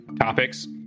topics